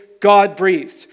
God-breathed